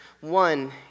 one